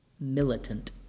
militant